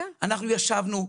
אנחנו ישבנו.